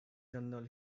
journal